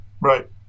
right